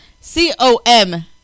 C-O-M